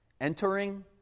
Entering